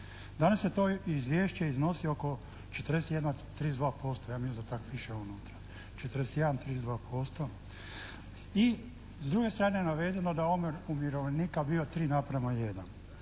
Danas to izvješće iznosi oko 41,32%. Ja mislim da tako piše unutra 41,32%. I s druge strane navedeno da je omjer umirovljenika bio 3:1.